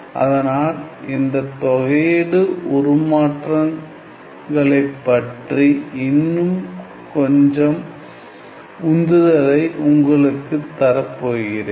அதனால் இந்த தொகை உருமாற்றங்களைப் பற்றி இன்னும் கொஞ்சம் உந்துதலை உங்களுக்கு தரப்போகிறேன்